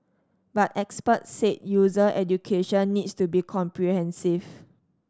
but experts said user education needs to be comprehensive